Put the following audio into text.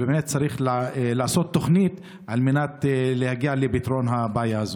ובאמת צריך לעשות תוכנית על מנת להגיע לפתרון הבעיה הזו.